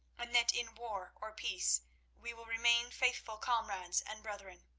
and that in war or peace we will remain faithful comrades and brethren.